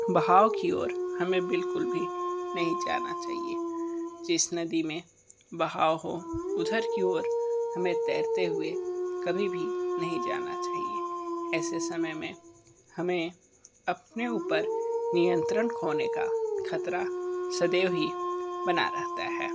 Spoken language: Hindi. बहाव की ओर हमें बिल्कुल भी नहीं जाना चाहिए जिस नदी में बहाव हो उधर की ओर हमें तैरते हुए कभी भी नहीं जाना चाहिए ऐसे समय में हमें अपने ऊपर नियंत्रण खोने का खतरा सदैव ही बना रहता है